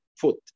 foot